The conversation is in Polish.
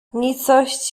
nicość